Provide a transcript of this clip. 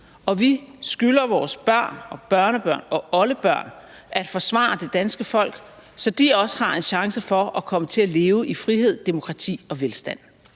og vi skylder vores børn og børnebørn og oldebørn at forsvare det danske folk, så de også har en chance for at komme til at leve i frihed, demokrati og velstand.